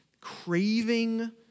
craving